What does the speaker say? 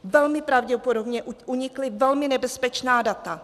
Velmi pravděpodobně unikla velmi nebezpečná data.